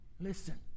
Listen